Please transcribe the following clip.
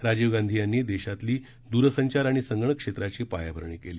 राजीव गांधींनी देशातील दूरसंचार आणि संगणक क्षेत्राची पायाभरणी केली